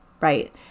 right